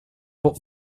but